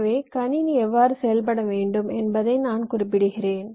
எனவே கணினி எவ்வாறு செயல்பட வேண்டும் என்பதை நான் குறிப்பிடுகிறேன்